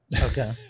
Okay